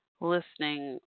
listening